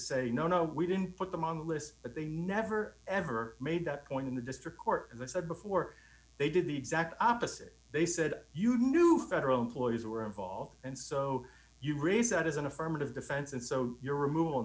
say no no we didn't put them on the list but they never ever made that point in the district court as i said before they did the exact opposite they said you knew federal employees were involved and so you raise that as an affirmative defense and so your remov